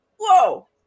whoa